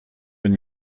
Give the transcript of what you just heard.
n’y